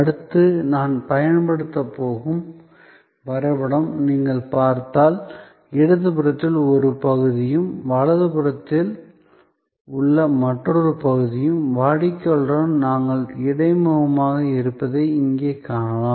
அடுத்து நான் பயன்படுத்தப் போகும் வரைபடத்தை நீங்கள் பார்த்தால் இடதுபுறத்தில் ஒரு பகுதியும் வலது புறத்தில் உள்ள மற்றொரு பகுதியும் வாடிக்கையாளருடன் நாங்கள் இடைமுகமாக இருப்பதை இங்கே காணலாம்